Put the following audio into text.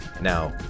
Now